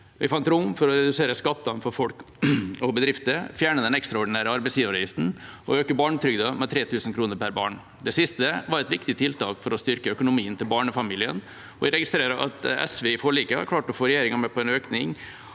Vi fant rom for å redusere skattene for folk og bedrifter, fjerne den ekstraordinære arbeidsgiveravgiften og øke barnetrygden med 3 000 kr per barn. Det siste var et viktig tiltak for å styrke økonomien til barnefamiliene. Jeg registrerer at SV i forliket har klart å få regjeringa med på en økning